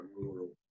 rural